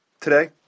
today